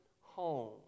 home